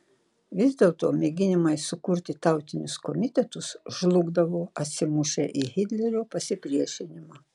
vis dėlto mėginimai sukurti tautinius komitetus žlugdavo atsimušę į hitlerio pasipriešinimą